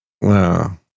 Wow